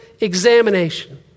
examination